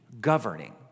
governing